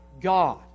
God